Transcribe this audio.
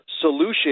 solution